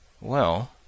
Well